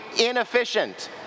inefficient